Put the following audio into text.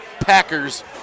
Packers